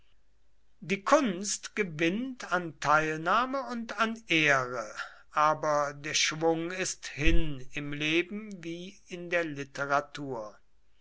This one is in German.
die kunst gewinnt an teilnahme und an ehre aber der schwung ist hin im leben wie in der literatur